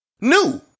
new